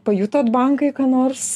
pajutot bankai ką nors